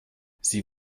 sie